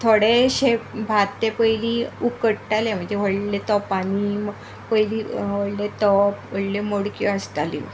थोडेशें भात ते पयलीं उकडटालें म्हणजे व्हडल्या तोपानी पयलीं व्हडले तोप व्हडल्यो मडक्यो आसताल्यो